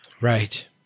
Right